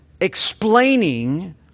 explaining